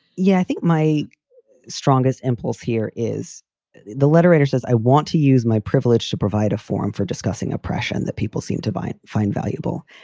yeah, i think my strongest impulse here is the letter writer says i want to use my privilege to provide a forum for discussing oppression that people seem to find find valuable.